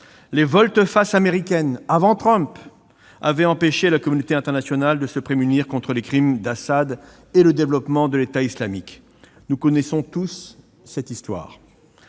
les volte-face américaines avaient empêché la communauté internationale de se prémunir contre les crimes d'Assad et le développement de l'État islamique. Nous connaissons tous cette histoire.